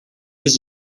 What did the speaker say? was